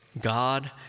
God